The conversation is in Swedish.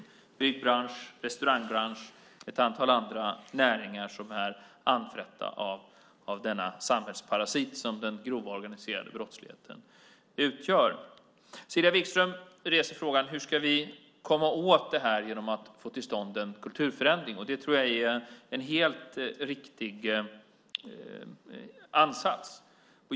Det är byggbranschen, restaurangbranschen och ett antal andra näringar som är anfrätta av denna samhällsparasit som den grova organiserade brottsligheten utgör. Cecilia Wigström reser frågan om att komma åt det här genom att få till stånd en kulturförändring. Det tror jag är en helt riktig ansats.